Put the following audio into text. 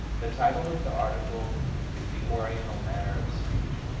the title of the article is the oriental manner of speech,